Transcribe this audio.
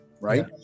right